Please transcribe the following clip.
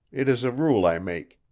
it is a rule i make.